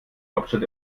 hauptstadt